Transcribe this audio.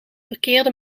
verkeerde